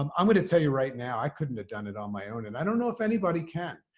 um i'm going to tell you right now, i couldn't have done it on my own. and i don't know if anybody can,